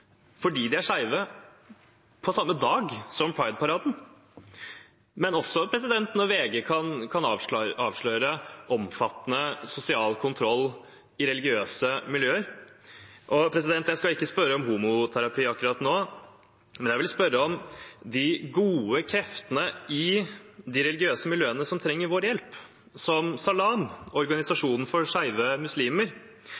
fordi de er skeive, på samme dag som Pride-paraden, men også når VG kan avsløre omfattende sosial kontroll i religiøse miljøer. Jeg skal ikke spørre om homoterapi akkurat nå, men jeg vil spørre om de gode kreftene i de religiøse miljøene som trenger vår hjelp, som Salam,